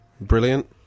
Brilliant